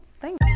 Thank